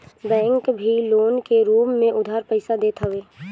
bank भी loan के रूप में उधार पईसा देत हवे